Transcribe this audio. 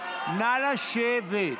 נא לשבת.